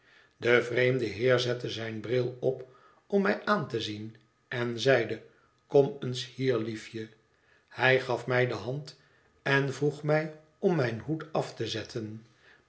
de vreemde heer zette zijn bril op om mij aan te zien en zeide kom eens hier liefje hij gaf mij de hand en vroeg mij om mijn hoed af te zetten